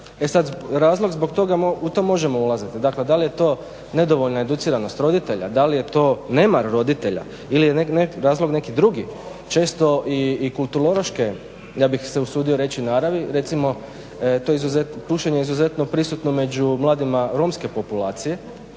E sad razlog zbog toga, u to možemo ulaziti, da li je to nedovoljna educiranost roditelja, da li je to nemar roditelja ili je to razlog neki drugi često i kulturološke ja bih se usudio reći naravi. Recimo to pušenje izuzetno je prisutno među mladima romske populacije.